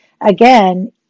Again